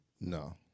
No